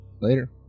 Later